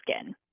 skin